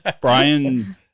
Brian